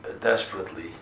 desperately